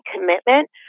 commitment